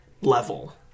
level